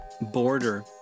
border